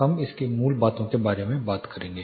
हम इसके मूल बातों के बारे में बात करेंगे